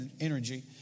energy